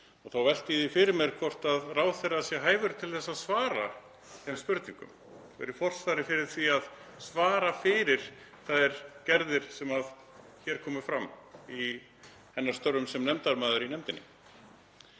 Þá velti ég því fyrir mér hvort ráðherra sé hæfur til að svara þeim spurningum, vera í forsvari fyrir því að svara fyrir þær gerðir sem komu fram í hennar störfum sem nefndarmaður í nefndinni.